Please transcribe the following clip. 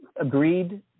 agreed